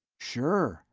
sure,